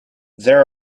there